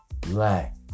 black